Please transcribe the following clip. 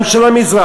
גם של "המזרחי",